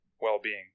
well-being